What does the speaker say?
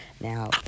Now